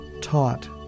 taught